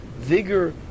vigor